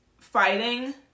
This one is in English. fighting